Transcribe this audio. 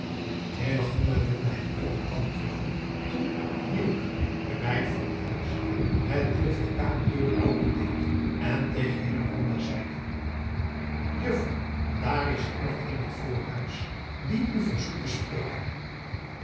wilde hem hier op antwoorden toen de meid driaan oosjes zn et leven van illegonda uisman van het huis met drift de kamerdeur opendeed en tegen zeide uffer daar is iemand in het voorhuis die u verzoekt te spreken